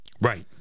Right